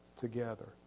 together